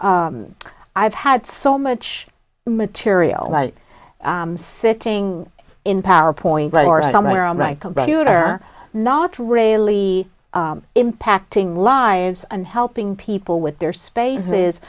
i've had so much material like sitting in powerpoint or on my computer not really impacting lives and helping people with their spaces